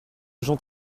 jean